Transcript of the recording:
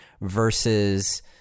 versus